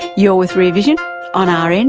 you're with rear vision on ah rn,